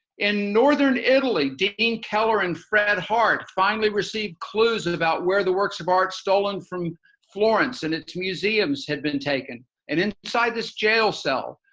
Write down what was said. in northern italy, deane keller and frederick hartt finally received clues and about where the works of art stolen from florence in its museums have been taken. and inside this jail cell,